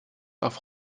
auf